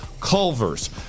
Culver's